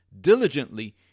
diligently